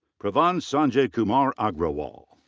pavan sanjaykumar agrawal.